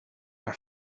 haar